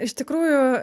iš tikrųjų